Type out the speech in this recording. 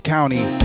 County